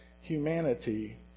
humanity